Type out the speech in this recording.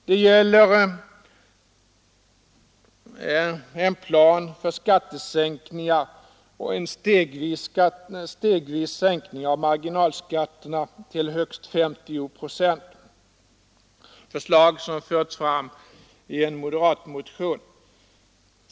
Det gäller en plan för skattesänkningar och en stegvis sänkning av marginalskatterna till högst 50 procent. Förslagen har förts fram i en moderatmotion.